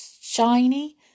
shiny